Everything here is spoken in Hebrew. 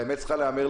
האמת צריכה להיאמר.